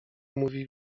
mówi